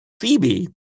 Phoebe